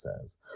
says